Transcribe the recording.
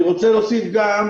אני רוצה להוסיף גם,